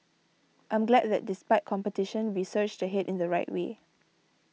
I'm glad that despite competition we surged ahead in the right way